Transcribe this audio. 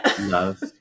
love